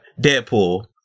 Deadpool